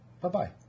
Bye-bye